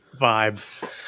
vibe